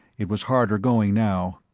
it was harder going now.